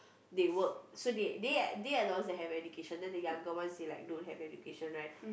they work so they they are they are the ones that have education then the younger ones they like don't have education right